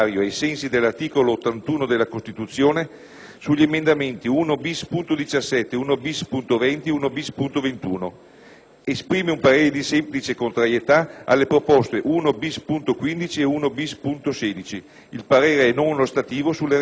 sugli emendamenti 1-*bis*.17, 1-*bis*.20 e 1-*bis*.21. Esprime un parere di semplice contrarietà alle proposte 1-*bis*.15 e 1-*bis*.16. Il parere è non ostativo sulle restanti proposte».